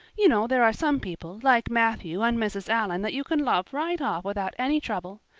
you know there are some people, like matthew and mrs. allan that you can love right off without any trouble.